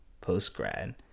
post-grad